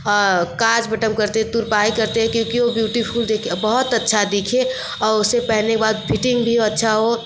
कांच बटन करते हैं तुरपाई करते हैं क्योंकि वो ब्यूटीफ़ूल दिखे बहुत अच्छा दिखे और उससे पहनने के बाद फिटिंग भी अच्छा हो